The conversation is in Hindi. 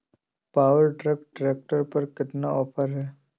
पावर ट्रैक ट्रैक्टर पर कितना ऑफर है?